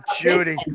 Judy